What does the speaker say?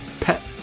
pet